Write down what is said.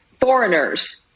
foreigners